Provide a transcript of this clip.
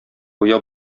куя